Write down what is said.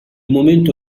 momento